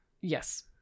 Yes